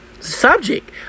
subject